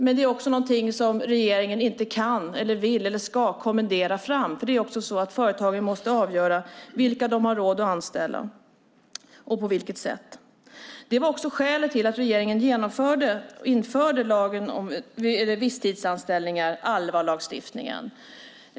Men det är också någonting som regeringen inte kan, vill eller ska kommendera fram. Företagen måste avgöra vilka de har råd att anställa och på vilket sätt. Det var också skälet till att regeringen införde lagen om visstidsanställningar, ALVA-lagstiftningen.